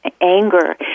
anger